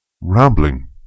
rambling